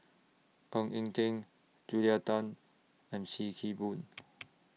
Ng Eng Teng Julia Tan and SIM Kee Boon